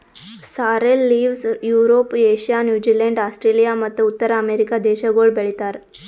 sorrel leaves Europe, Asia, New Zealand, Australia ಮತ್ತ ಉತ್ತರ America ದೇಶಗೊಳ್ ಬೆ ಳಿತಾರ್